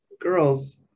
girls